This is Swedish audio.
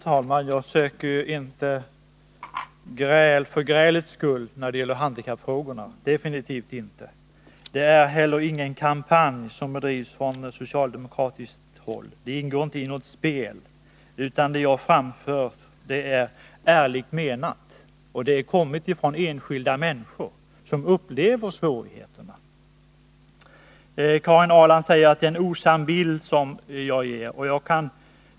Herr talman! Jag söker inte strid för stridens skull när det gäller handikappfrågorna — definitivt inte. Det är inte heller så att det bedrivs någon kampanj från socialdemokratiskt håll. Det ingår inte heller i något taktiskt spel. Det har jag faktiskt ärligt menat. Jag har fått synpunkter från enskilda människor som upplever svårigheterna. Karin Ahrland säger att jag ger en osann bild.